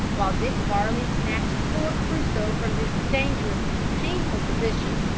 while dick varley snatched poor crusoe from his dangerous and painful position,